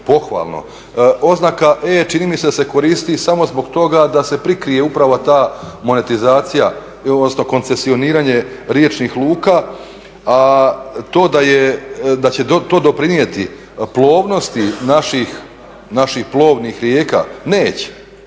pohvalno. Oznaka E čini mi se da se koristi samo zbog toga da se prikrije upravo ta monetizacija odnosno koncesioniranje riječnih luka. A to da će to doprinijeti plovnosti naših plovnih rijeka neće.